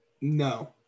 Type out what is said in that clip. No